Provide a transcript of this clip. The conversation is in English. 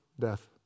death